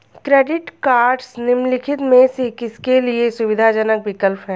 Credit cards निम्नलिखित में से किसके लिए सुविधाजनक विकल्प हैं?